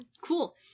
cool